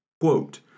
Quote